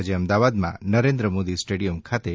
આજે અમદાવાદમાં નરેન્દ્ર મોદી સ્ટેડિયમ ખાતે રમાશે